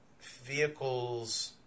Vehicles